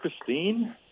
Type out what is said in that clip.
Christine